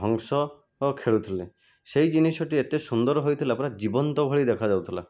ହଂସ ଖେଳୁଥିଲେ ସେହି ଜିନିଷଟି ଏତେ ସୁନ୍ଦର ହୋଇଥିଲା ପୁରା ଜୀବନ୍ତ ଭଳି ଦେଖା ଯାଉଥିଲା